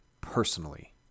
personally